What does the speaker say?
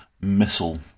missile